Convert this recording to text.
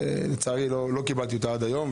לצערי, לא קיבלתי אותה עד היום.